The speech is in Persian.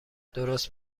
درست